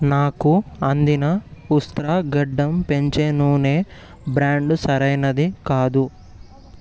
నాకు అందిన ఉస్ట్రా గడ్డం పెంచే నూనె బ్రాండ్ సరైనది కాదు